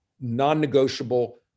Non-negotiable